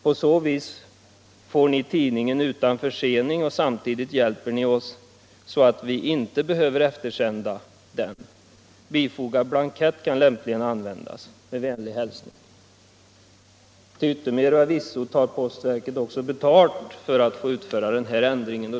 På så vis får Ni tidningen utan försening och samtidigt hjälper Ni oss, så att vi inte behöver eftersända den. Bifogade blankett kan lämpligen användas. Med vänlig hälsning”. Till yttermera visso tar postverket också betalt för att utföra denna ändring.